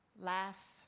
laugh